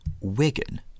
Wigan